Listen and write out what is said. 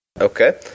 Okay